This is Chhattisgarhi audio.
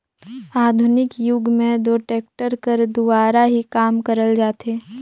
आधुनिक जुग मे दो टेक्टर कर दुवारा ही काम करल जाथे